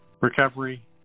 recovery